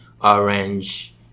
orange